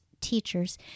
teachers